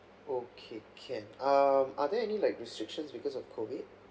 okay can um are there any like restrictions because of COVID